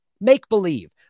make-believe